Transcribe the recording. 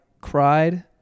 cried